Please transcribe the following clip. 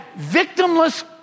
victimless